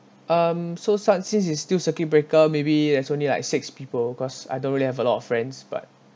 um so some since is still circuit breaker maybe there's only like six people cause I don't really have a lot of friends but